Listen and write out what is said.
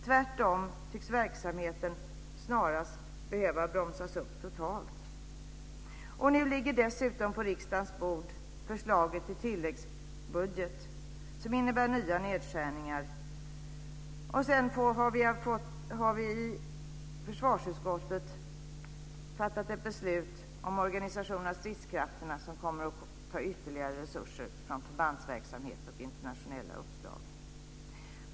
Tvärtom tycks verksamheten snarast behöva bromsas upp totalt. Nu ligger dessutom på riksdagens bord förslaget till tilläggsbudget, som innebär nya nedskärningar. I försvarsutskottet har vi också fattat ett beslut om organisation av stridskrafterna som kommer att ta ytterligare resurser från förbandsverksamhet och internationella uppdrag.